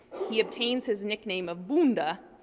he obtains his nickname, abunda,